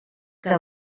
què